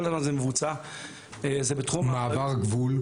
כל דבר מבוצע --- מעבר גבול?